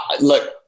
look